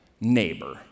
neighbor